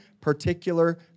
particular